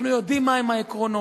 אנחנו יודעים מהם העקרונות.